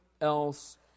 else